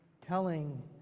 telling